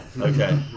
okay